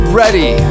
ready